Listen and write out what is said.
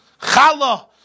Chala